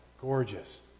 Gorgeous